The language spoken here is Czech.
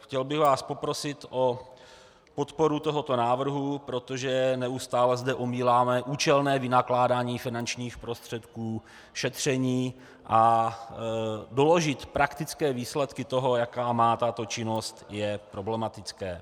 Chtěl bych vás poprosit o podporu tohoto návrhu, protože zde neustále omíláme účelné vynakládání finančních prostředků, šetření, a doložit praktické výsledky, jaké má tato činnost, je problematické.